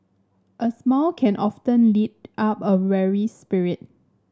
a smile can often lift up a weary spirit